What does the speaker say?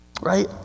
Right